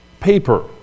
paper